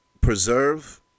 preserve